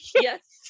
Yes